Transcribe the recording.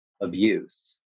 abuse